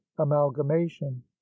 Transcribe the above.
amalgamation